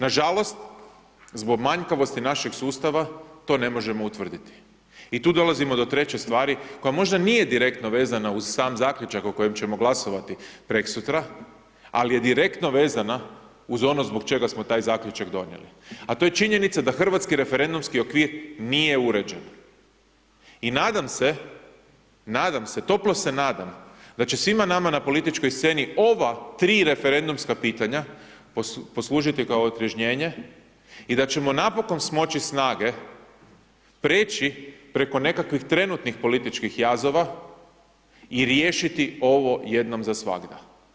Nažalost, zbog manjkavosti našeg sustava, to ne možemo utvrditi i tu dolazimo do treće stvari koja možda nije direktno vezana uz sam zaključak o kojem ćemo glasovati preksutra, al je direktno vezana uz ono zbog čega smo taj zaključak donijeli, a to je činjenica da hrvatski referendumski okvir nije uređen i nadam se, nadam se, toplo se nadam, da će svima nama na političkoj sceni ova 3 referendumska pitanja poslužiti kao otrježnjenje i da ćemo napokon smoći snage preći preko nekakvih trenutnih političkih jazova i riješiti ovo jednom za svagda.